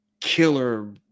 killer